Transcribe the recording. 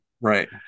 right